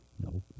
No